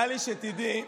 טלי, שתדעי,